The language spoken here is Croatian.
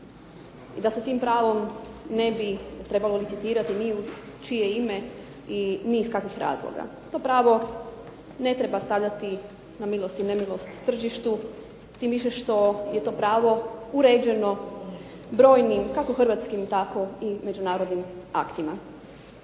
i da se tim pravom ne bi trebalo licitirati ni u čije ime i ni iz kakvih razloga. To pravo ne treba stavljati na milost i nemilost tržištu, tim više što je to pravo uređeno brojnim kako hrvatskim tako i međunarodnim aktima.